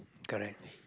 correct